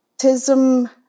autism